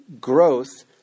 growth